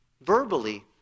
verbally